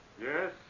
Yes